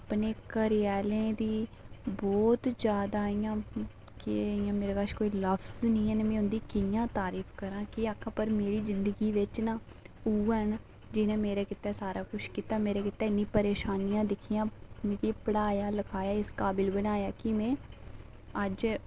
की अपने घरें आह्लें दी बहुत जादा इं'या केह् मेरे कश कोई लफ्ज़ निं हैन की में कोई कियां तारीफ करां कि'यां आक्खां मेरी जिंदगी बिच ना उऐ न जि'नें मेरे गितै सारा कुछ कीता ते मेरे गितै इन्नियां परेशानियां दिक्खियां मिगी पढ़ाया लिखाया ते इस काबिल बनाया की में अज्ज